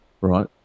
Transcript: Right